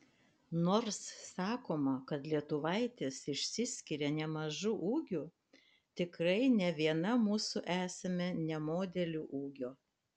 nors sakoma kad lietuvaitės išsiskiria nemažu ūgiu tikrai ne viena mūsų esame ne modelių ūgio